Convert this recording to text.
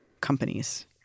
companies